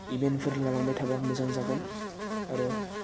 इभेन्टफोर लालांबाय थाबा मोजां जागोन आरो